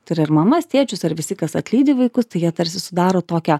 tai yra ir mamas tėčius ar visi kas atlydi vaikus tai jie tarsi sudaro tokią